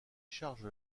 charge